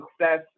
success